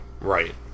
Right